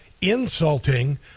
insulting